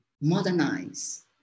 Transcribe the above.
modernize